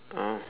oh